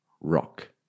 rock